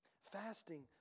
Fasting